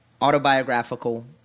autobiographical